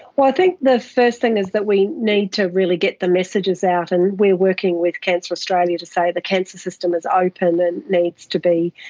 well, i think the first thing is that we need to really get the messages out, and we are working with cancer australia to say the cancer system is open and needs to be,